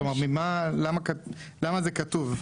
למה זה כתוב?